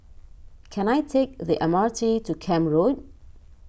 can I take the M R T to Camp Road